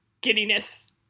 giddiness